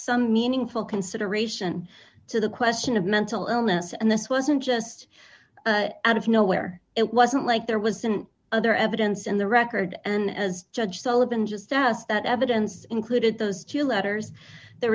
some meaningful consideration to the question of mental illness and this wasn't just out of nowhere it wasn't like there wasn't other evidence in the record and as judge sullivan just asked that evidence included those to letters there